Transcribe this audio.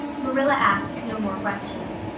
marilla asked no more questions.